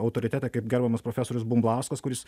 autoritetai kaip gerbiamas profesorius bumblauskas kuris